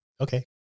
Okay